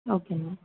okay ma'am